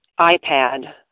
iPad